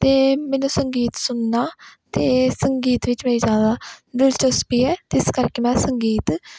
ਅਤੇ ਮੈਨੂੰ ਸੰਗੀਤ ਸੁਣਨਾ ਅਤੇ ਸੰਗੀਤ ਵਿੱਚ ਵੀ ਜ਼ਿਆਦਾ ਦਿਲਚਸਪੀ ਹੈ ਅਤੇ ਇਸ ਕਰਕੇ ਮੈਂ ਸੰਗੀਤ